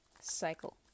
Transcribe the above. cycle